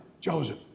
Joseph